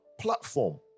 platform